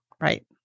Right